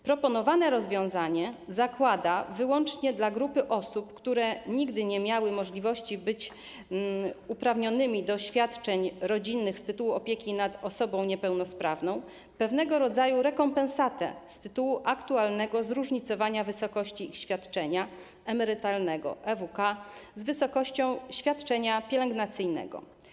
Proponowane rozwiązanie zakłada wyłącznie dla grupy osób, które nigdy nie miały możliwości być uprawnionymi do świadczeń rodzinnych z tytułu opieki nad osobą niepełnosprawną, pewnego rodzaju rekompensatę z tytułu aktualnego zróżnicowania wysokości świadczenia emerytalnego EWK z wysokością świadczenia pielęgnacyjnego.